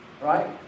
Right